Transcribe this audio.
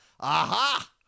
Aha